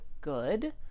good